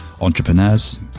entrepreneurs